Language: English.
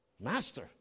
Master